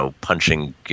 punching